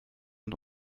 und